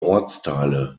ortsteile